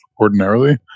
ordinarily